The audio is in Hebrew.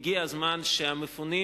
והגיע הזמן שהמפונים,